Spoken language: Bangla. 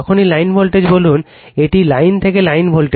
যখনই লাইন ভোল্টেজ বলুন এটি লাইন থেকে লাইন ভোল্টেজ